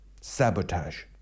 sabotage